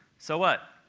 so what?